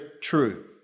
true